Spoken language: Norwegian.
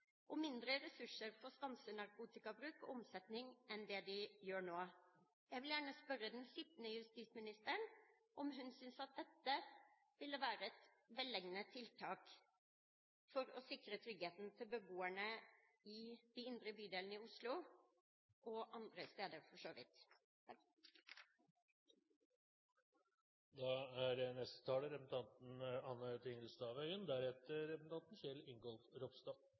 og mindre ressurser for å stanse narkotikabruk og omsetning enn det de gjør nå. Jeg vil gjerne spørre den sittende justisministeren om hun synes at dette ville være et velegnet tiltak for å sikre tryggheten til beboerne i de indre bydelene i Oslo – og andre steder, for så vidt. Det er